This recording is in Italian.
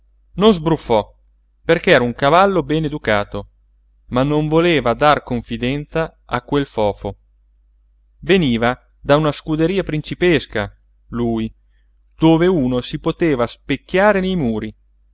non sbruffò perché era un cavallo bene educato ma non voleva dar confidenza a quel fofo veniva da una scuderia principesca lui dove uno si poteva specchiare nei muri